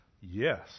yes